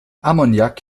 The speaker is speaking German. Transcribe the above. ammoniak